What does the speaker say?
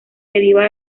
deriva